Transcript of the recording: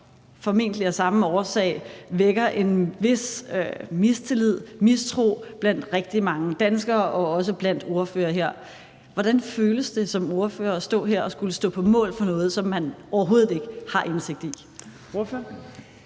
formentlig af samme årsag vækker en vis mistillid og mistro blandt rigtig mange danskere og også blandt ordførere her. Hvordan føles det som ordfører at stå her og skulle stå på mål for noget, som man overhovedet ikke har indsigt i? Kl.